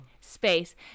space